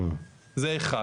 זה אחד.